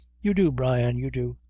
you do, brian you do.